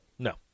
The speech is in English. No